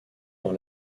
dans